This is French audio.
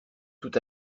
tout